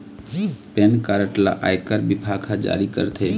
PAN card ल आयकर बिभाग ह जारी करथे